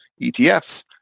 ETFs